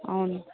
అవును